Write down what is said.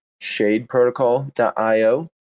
shadeprotocol.io